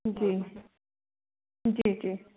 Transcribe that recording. जी जी जी